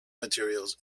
materials